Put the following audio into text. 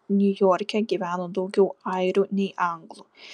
niujorke gyveno daugiau airių nei anglų